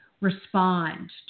respond